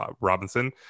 Robinson